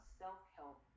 self-help